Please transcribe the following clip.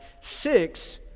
Six